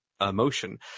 emotion